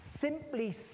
simply